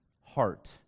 heart